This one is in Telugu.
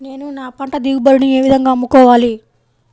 నేను నా పంట దిగుబడిని ఏ విధంగా అమ్ముకోవాలి?